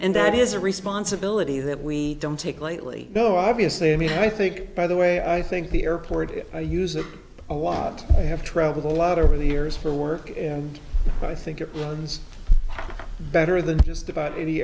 and that is a responsibility that we don't take lightly though obviously i mean i think by the way i think the airport i use it a lot i have traveled a lot over the years for work and i think it sounds better than just about any